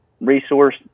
resource